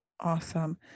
Awesome